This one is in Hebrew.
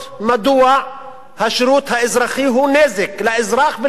מדוע השירות האזרחי הוא נזק לאזרח ולמדינה.